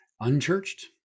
unchurched